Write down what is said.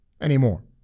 anymore